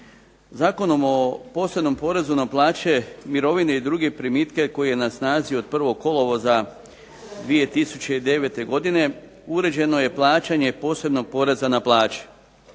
Zakonom o posebnom porezu na plaće, mirovine i druge primitke koji je na snazi od 01. kolovoza 2009. godine uređeno je plaćanje posebnog poreza na plaće,